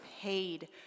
paid